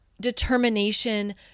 determination